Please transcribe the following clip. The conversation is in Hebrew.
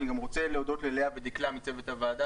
אני גם רוצה להודות ללאה ודקלה מצוות הוועדה,